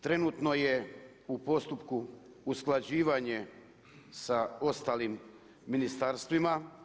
Trenutno je u postupku usklađivanje sa ostalim ministarstvima.